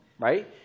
Right